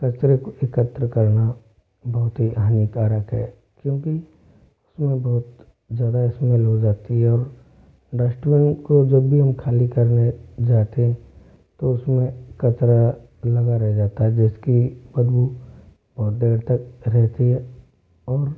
कचरे को एकत्र करना बहुत ही हानिकारक है क्योंकि उसमें बहुत ज़्यादा इस्मेल हो जाती है और डश्टबिन को जब भी हम खाली करने जाते तो उसमें कचरा लगा रह जाता है जिसकी बदबू बहुत देर तक रहती है और